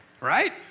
Right